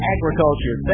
Agriculture